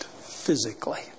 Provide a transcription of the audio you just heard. physically